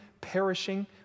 perishing